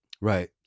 Right